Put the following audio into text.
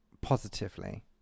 positively